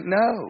no